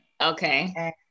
Okay